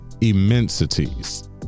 immensities